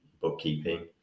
bookkeeping